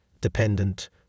dependent